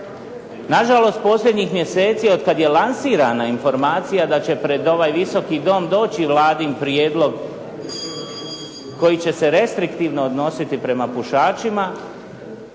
Na žalost posljednjih mjeseci od kada je lansirana informacija da će pred ovaj Visoki dom doći Vladin prijedlog koji će se restriktivno odnositi prema pušačima,